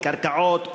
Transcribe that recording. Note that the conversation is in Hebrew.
בקרקעות,